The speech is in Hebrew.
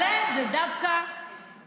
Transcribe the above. אבל להם זה דווקא כיף,